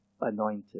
anointed